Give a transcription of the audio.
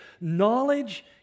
knowledge